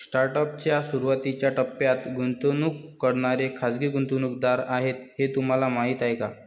Startup च्या सुरुवातीच्या टप्प्यात गुंतवणूक करणारे खाजगी गुंतवणूकदार आहेत हे तुम्हाला माहीत आहे का?